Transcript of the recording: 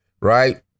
right